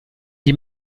die